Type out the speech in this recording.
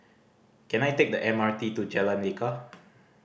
can I take the M R T to Jalan Lekar